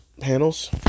Panels